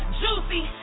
juicy